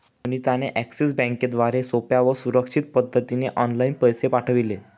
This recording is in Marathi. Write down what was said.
सुनीता ने एक्सिस बँकेद्वारे सोप्या व सुरक्षित पद्धतीने ऑनलाइन पैसे पाठविले